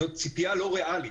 זו ציפייה לא ריאלית,